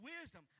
wisdom